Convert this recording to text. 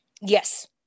Yes